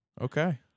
Okay